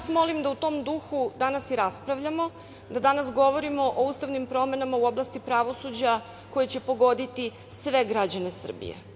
Molim vas da u tom duhu danas i raspravljamo, da danas govorimo o ustavnim promenama u oblasti pravosuđa koje će pogoditi sve građane Srbije.